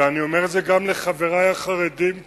ואני אומר את זה גם לחברי החרדים כאן,